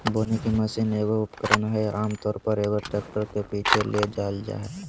बोने की मशीन एगो उपकरण हइ आमतौर पर, एगो ट्रैक्टर के पीछे ले जाल जा हइ